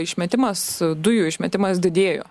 išmetimas dujų išmetimas didėjo